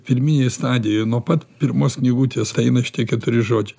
pirminėj stadijoj nuo pat pirmos knygutės eina šitie keturi žodžiai